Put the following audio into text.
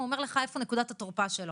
הוא אומר לך איפה נקודת התורפה שלו.